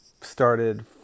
started